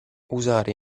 usare